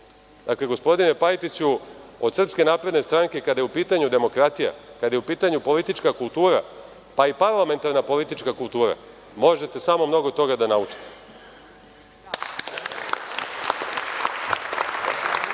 DS.Dakle, gospodine Pajtiću, od SNS, kada je u pitanju demokratija, kada je u pitanju politička kultura, pa i parlamentarna politička kultura, možete samo mnogo toga da naučite.